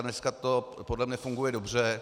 Dneska to podle mě funguje dobře.